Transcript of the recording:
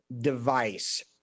device